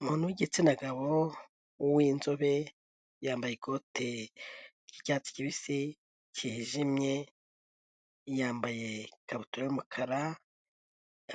Umuntu w'igitsina gabo winzobe yambaye ikote ry'cyatsi kibisi cyijimye yambaye ikabutura y'umukara